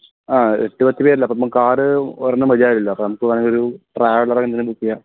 ആ എട്ട് പത്ത് പേരില്ലേ അപ്പം നമുക്ക് കാർ ഒരെണ്ണം മതിയാവില്ലല്ലോ അപ്പോൾ നമുക്ക് വേണമെങ്കിൽ ഒരു ട്രാവലർ എന്തെങ്കിലും ബുക്ക് ചെയ്യാം